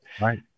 Right